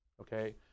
Okay